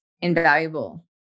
invaluable